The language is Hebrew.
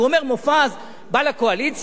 הוא אומר: מופז בא לקואליציה.